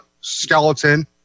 skeleton